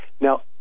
Now